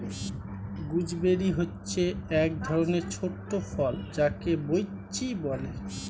gooseberry হচ্ছে এক ধরণের ছোট ফল যাকে বৈঁচি বলে